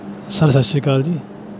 sir ਸਤਿ ਸ਼੍ਰੀ ਅਕਾਲ ਜੀ